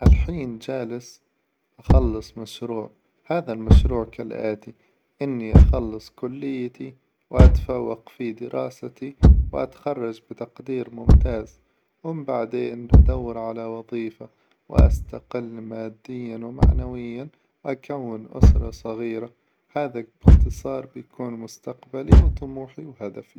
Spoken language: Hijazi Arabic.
الحين جالس أخلص مشروع، هذا المشروع كالآتي: إني أخلص كليتي، وأتفوق في دراستي، وأتخرج بتقدير ممتاز، هم بعدين أدور على وظيفة، وأستقل ماديا ومعنويا وأكون أسرة صغيرة، هذا باختصار بيكون مستقبلي وطموحي وهدفي.